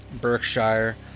Berkshire